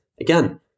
Again